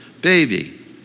baby